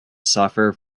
suffer